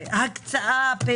קצבת הזקנה.